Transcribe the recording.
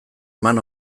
eman